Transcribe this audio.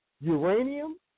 uranium